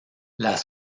las